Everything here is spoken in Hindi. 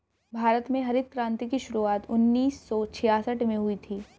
भारत में हरित क्रान्ति की शुरुआत उन्नीस सौ छियासठ में हुई थी